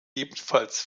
ebenfalls